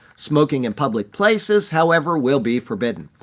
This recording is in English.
smoking in public places, however, will be forbidden.